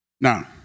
Now